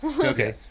Okay